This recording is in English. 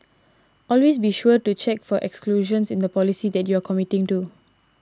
always be sure to check for exclusions in the policy that you are committing to